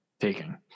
taking